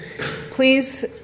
Please